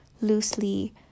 loosely